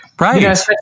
Right